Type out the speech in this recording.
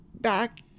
back